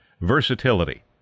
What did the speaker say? Versatility